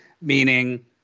meaning